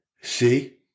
see